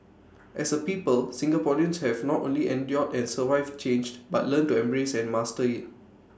as A people Singaporeans have not only endured and survived change but learned to embrace and master IT